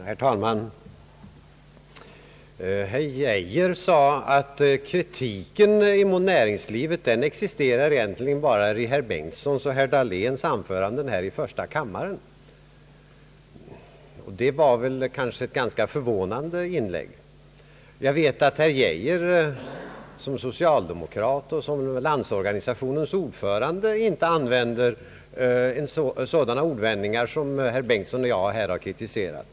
Herr talman! Herr Geijer sade att kritiken mot näringslivet egentligen bara existerar i herr Bengtsons och herr Dahléns anföranden här i första kammaren. Det var ett ganska förvånande påstående! Jag vet att herr Geijer som socialdemokrat och som Landsorganisationens ordförande inte använder sådana ordvändningar som herr Bengtson och jag här har kritiserat.